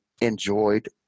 enjoyed